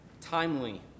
timely